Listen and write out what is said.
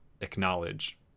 acknowledge